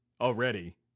already